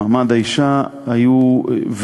במעמד האישה ואינם